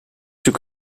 zoek